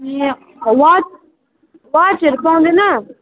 ए watch वाचहरू पाउँदैन